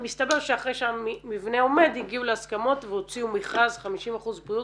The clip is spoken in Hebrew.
מסתבר שאחרי שהמבנה עומד הגיעו להסכמות והוציאו מכרז 50% בריאות,